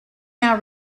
now